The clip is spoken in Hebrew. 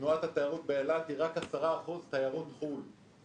תנועת התיירות באילת היא רק 10% תיירות חו"ל,